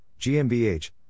GmbH